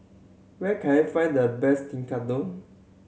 where can I find the best Tekkadon